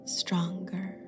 stronger